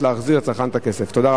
להחזיר לצרכן את הכסף בתוך שבוע ימים.